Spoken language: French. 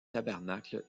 tabernacle